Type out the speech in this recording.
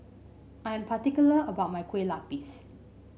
I am particular about my Kueh Lupis